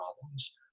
problems